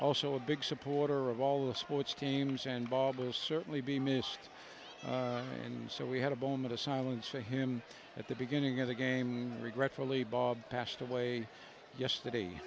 also a big supporter of all of sports teams and bob will certainly be missed and so we had a moment of silence for him at the beginning of the game regretfully bob passed away yesterday